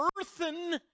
earthen